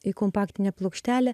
į kompaktinę plokštelę